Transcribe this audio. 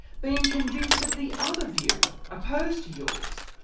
been convinced of the other view, opposed to yours?